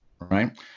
right